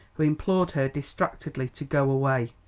who implored her distractedly to go away.